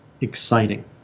exciting